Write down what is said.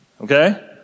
Okay